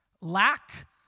lack